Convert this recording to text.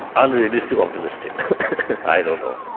unrealistically optimistic i don't know.